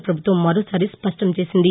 ప్రపభుత్వం మరోసారి స్పష్షం చేసింది